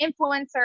influencer